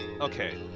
Okay